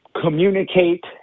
communicate